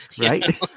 Right